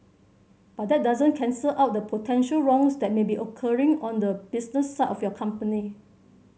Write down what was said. but that doesn't cancel out the potential wrongs that may be occurring on the business side of your company